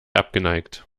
abgeneigt